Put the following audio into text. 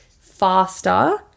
faster